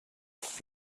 est